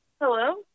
Hello